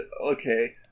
okay